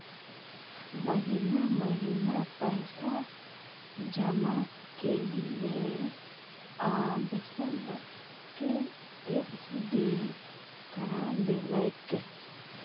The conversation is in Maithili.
महिना महिना पैसा जमा केलियै आब सबके एफ.डी करा देलकै